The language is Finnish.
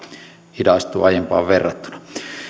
hidastuu aiempaan verrattuna